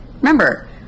remember